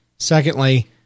Secondly